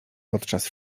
podczas